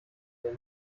der